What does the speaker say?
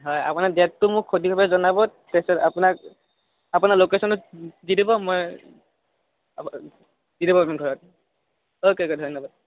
হয় আপোনাৰ ডেটটো মোক শুধিপিনে জনাব তাৰপিছত আপোনাক আপোনাৰ লোকেচনটো দি দিব মই দি দিব পাৰিম ঘৰত অ'কে অ'কে ধন্যবাদ